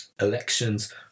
Elections